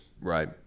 Right